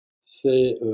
c'est